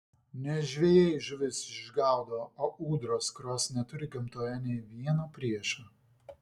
ne žvejai žuvis išgaudo o ūdros kurios neturi gamtoje nė vieno priešo